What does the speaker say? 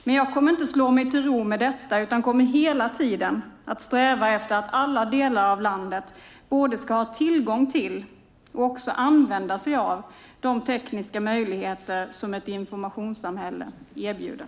Men jag kommer inte att slå mig till ro med detta, utan kommer hela tiden att sträva efter att alla delar av landet både ska ha tillgång till och också använda sig av de tekniska möjligheter som ett informationssamhälle erbjuder.